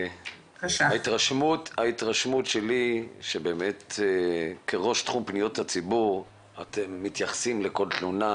ההתרשמות שלי היא שבאמת כראש תחום פניות הציבור אתם מתייחסים לכל תלונה,